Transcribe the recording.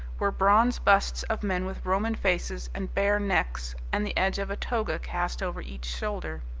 were bronze busts of men with roman faces and bare necks, and the edge of a toga cast over each shoulder.